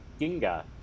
ginga